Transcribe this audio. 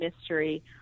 mystery